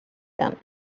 them